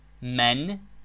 Men